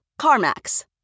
CarMax